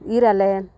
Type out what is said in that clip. ᱤᱨᱻᱟᱞᱮ